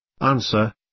Answer